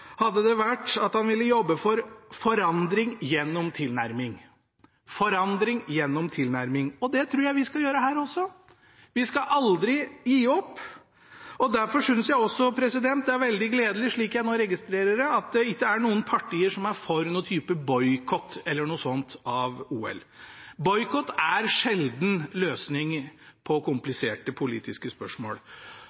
han ville jobbe for «forandring gjennom tilnærming». Det tror jeg vi skal gjøre her også. Vi skal aldri gi opp. Derfor synes jeg det er veldig gledelig, det jeg nå registrerer, at det ikke er noen partier som er for noen type boikott av OL. Boikott er sjelden løsningen på